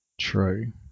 True